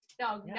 No